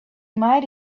might